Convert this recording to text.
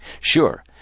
Sure